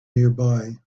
nearby